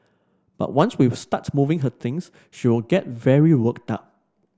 but once we start moving her things she will get very work down